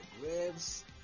graves